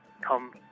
come